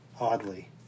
Oddly